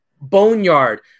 Boneyard